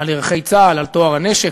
על ערכי צה"ל, על טוהר הנשק,